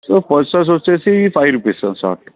sir purse వచ్చేసి five rupees sir chart